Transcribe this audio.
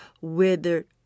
withered